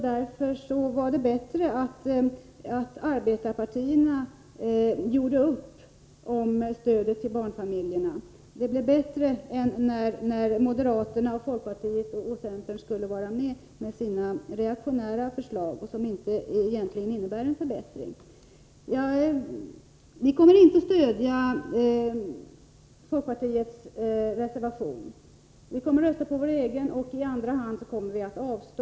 Därför var det en fördel att arbetarpartierna gjorde upp om stödet till barnfamiljerna. Det blev bättre än när moderaterna, folkpartiet och centern skulle vara med i diskussionen med sina reaktionära förslag, som egentligen inte innebär någon förbättring. Vi kommer inte att stödja folkpartiets reservation. Vi kommer i första hand att rösta på vår egen reservation och i andra hand att avstå från att rösta.